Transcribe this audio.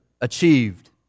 achieved